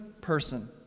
person